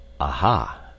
Aha